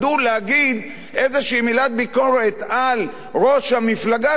איזו מילת ביקורת על ראש המפלגה שלהם,